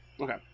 Okay